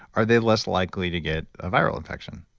are they less likely to get a viral infection?